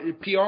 PR